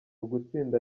ugutsinda